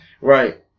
Right